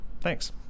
Thanks